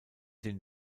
den